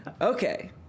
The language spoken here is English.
Okay